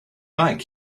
back